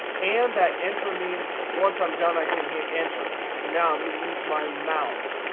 and that enter means, once i'm done, i can hit enter. so now i'm going to use my mouse.